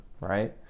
right